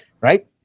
right